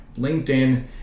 linkedin